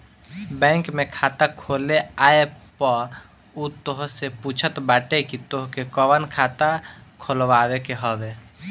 bank में खाता खोले आए पअ उ तोहसे पूछत बाटे की तोहके कवन खाता खोलवावे के हवे